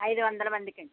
ఐదు వందల మందికి అండి